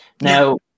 Now